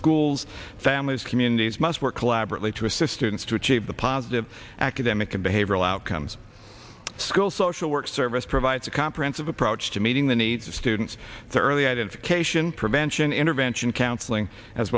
schools families communities must work collaboratively to assistance to achieve the positive academic and behavioral outcomes school social work service provides a comprehensive approach to meeting the needs of students the early identification prevention intervention counseling as